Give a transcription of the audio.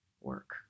work